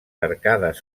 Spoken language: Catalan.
arcades